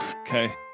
Okay